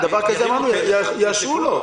לדבר כזה יאשרו לו.